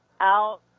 Out